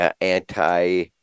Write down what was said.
anti